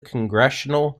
congressional